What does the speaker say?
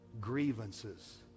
grievances